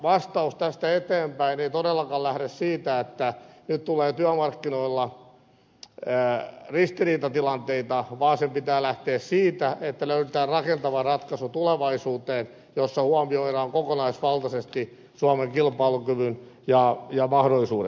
vastaus tästä eteenpäin ei todellakaan lähde siitä että nyt tulee työmarkkinoilla ristiriitatilanteita vaan sen pitää lähteä siitä että löydetään rakentava ratkaisu tulevaisuuteen jossa huomioidaan kokonaisvaltaisesti suomen kilpailukyvyn mahdollisuudet